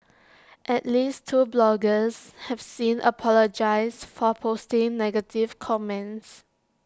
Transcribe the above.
at least two bloggers have since apologised for posting negative comments